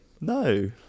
No